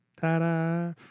Ta-da